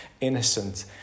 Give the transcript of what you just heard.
innocent